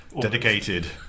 dedicated